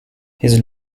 his